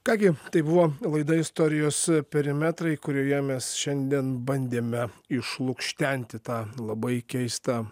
ką gi tai buvo laida istorijos perimetrai kurioje mes šiandien bandėme išlukštenti tą labai keistą